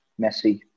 Messi